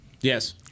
Yes